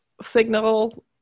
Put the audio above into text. signal